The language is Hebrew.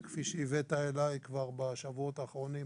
וכפי שהבאת אליי כבר בשבועות האחרונים,